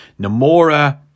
Namora